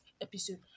episode